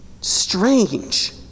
Strange